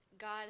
God